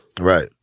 right